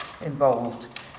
involved